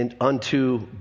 unto